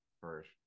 first